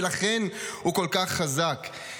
ולכן הוא כל כך חזק.